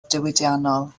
diwydiannol